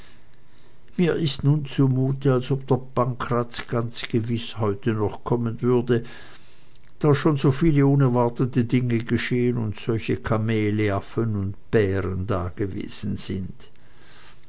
mir ist es nun zu mute als ob der pankraz ganz gewiß heute noch kommen würde da schon so viele unerwartete dinge geschehen und solche kamele affen und bären dagewesen sind